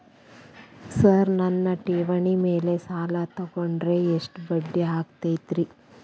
Sir ನನ್ನ ಠೇವಣಿ ಮೇಲೆ ಸಾಲ ತಗೊಂಡ್ರೆ ಎಷ್ಟು ಬಡ್ಡಿ ಆಗತೈತ್ರಿ?